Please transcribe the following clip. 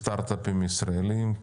כפי שדיברנו, בסטארטאפים ישראלים.